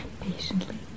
patiently